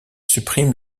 supprime